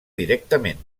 directament